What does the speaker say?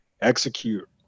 execute